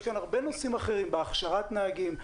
כאן הרבה נושאים אחרים בהכשרת נהגים,